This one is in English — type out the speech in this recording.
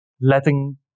letting